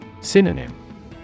Synonym